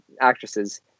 actresses